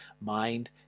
mind